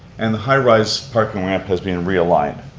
and the high-rise parking ramp has been realigned.